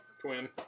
twin